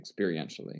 experientially